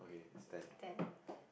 then